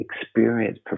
experience